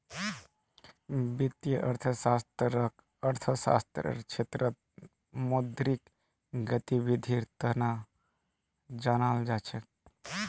वित्तीय अर्थशास्त्ररक अर्थशास्त्ररेर क्षेत्रत मौद्रिक गतिविधीर तना जानाल जा छेक